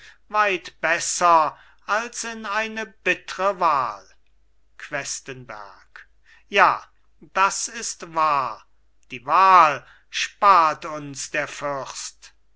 weit besser als in eine bittre wahl questenberg ja das ist wahr die wahl spart uns der fürst